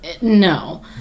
No